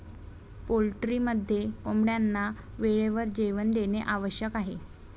पोल्ट्रीमध्ये कोंबड्यांना वेळेवर जेवण देणे आवश्यक आहे